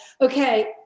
Okay